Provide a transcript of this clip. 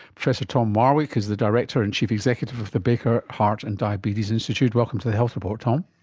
professor tom marwick is the director and chief executive of the baker heart and diabetes institute. welcome to the health report, tom.